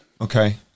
Okay